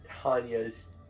Tanya's